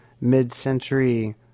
mid-century